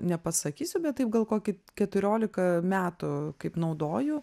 nepasakysiu bet taip gal kokį keturiolika metų kaip naudoju